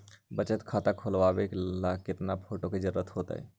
बचत खाता खोलबाबे ला केतना फोटो के जरूरत होतई?